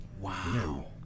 Wow